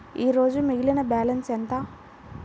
ఈరోజు మిగిలిన బ్యాలెన్స్ ఎంత?